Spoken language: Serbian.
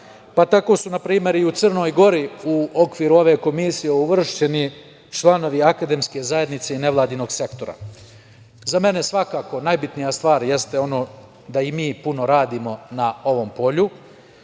pa tako su npr. i u Crnoj Gori u okviru ove komisije uvršćeni članovi akademske zajednice nevladinog sektora.Za mene svakako najbitnija stvar jeste da i mi puno radimo na ovom polju